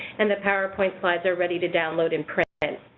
and the powerpoint slides are ready to download and print. and